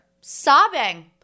sobbing